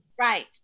right